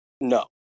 no